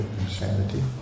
insanity